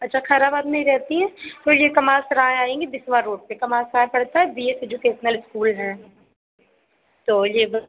अच्छा खैराबाद में ही रहेती हैं तो ये कमाल सराय आएँगी बिसवा रोड पर कमाल सराय पड़ता है बी एस एजुकेसनल इस्कूल है तो ये बस